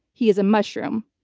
he is a mushroom.